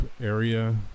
area